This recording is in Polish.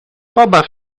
pobaw